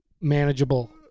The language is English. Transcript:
manageable